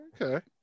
okay